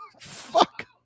fuck